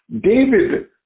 David